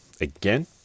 again